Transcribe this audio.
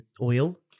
oil